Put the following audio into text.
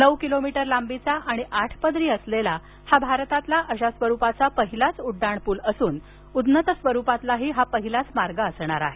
नऊ किलोमीटर लांबीचा आणि आठपदरी असलेला हा भारतातील अशा स्वरूपाचा पहिलाच उड्डाणपूल असून उन्नत स्वरूपातीलही पहिलाच मार्ग असणार आहे